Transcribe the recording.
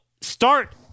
start